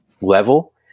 level